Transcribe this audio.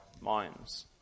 minds